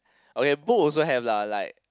okay book also have lah like